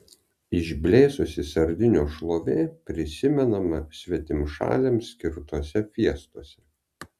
išblėsusi sardinių šlovė prisimenama svetimšaliams skirtose fiestose